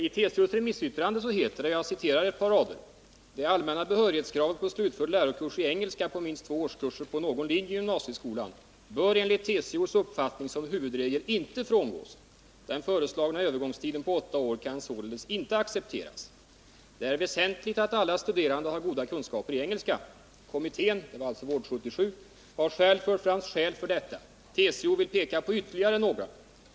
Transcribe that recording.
I TCO:s remissyttrande heter det: ”Det allmänna behörighetskravet på slutförd lärokurs i engelska på minst två årskurser på någon linje i gymnasieskolan bör enligt TCO:s uppfattning som huvudregel inte frångås. Den föreslagna övergångstiden på åtta år kan således inte accepteras. Det är väsentligt att alla studerande har goda kunskaper i engelska. Kommittén” — det var alltså Vård 77 — ”har här fört fram skäl för detta. TCO vill peka på ytterligare några.